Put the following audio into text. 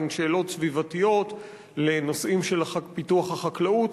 בין שאלות סביבתיות לנושאים של פיתוח החקלאות,